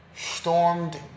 stormed